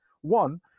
one